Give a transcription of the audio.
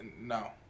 No